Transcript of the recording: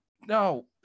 No